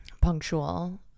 punctual